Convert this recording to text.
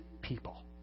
people